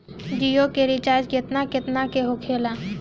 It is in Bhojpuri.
जियो के रिचार्ज केतना केतना के होखे ला?